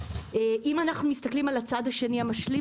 אם אנחנו מסתכלים על הצד השני המשלים,